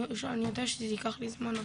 אני יודע שזה ייקח לי זמן,